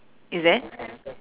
is it